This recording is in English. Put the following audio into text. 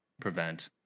prevent